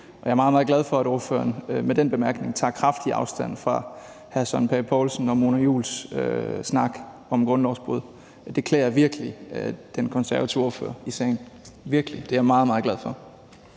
og jeg er meget, meget glad for, at ordføreren med den bemærkning tager kraftigt afstand fra hr. Søren Pape Poulsen og fru Mona Juuls snak om grundlovsbrud. Det klæder virkelig den konservative ordfører i sagen – virkelig. Det er jeg meget, meget glad for.